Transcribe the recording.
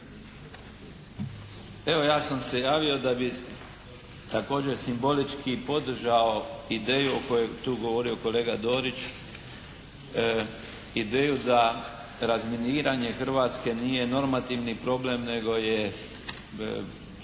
Evo, ja sam se javio da bi također simbolički podržao ideju o kojoj je tu govorio kolega Dorić. Ideju da razminiranje Hrvatske nije normativni problem, nego je